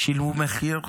הם שילמו מחיר עצום,